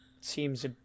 seems